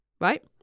right